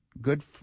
good